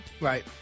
right